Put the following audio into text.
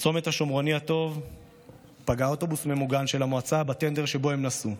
בצומת השומרוני הטוב פגע אוטובוס ממוגן של המועצה בטנדר שבו נסעו.